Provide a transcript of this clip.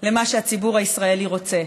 למה שהציבור הישראלי רוצה.